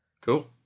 Cool